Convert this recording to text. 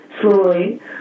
slowly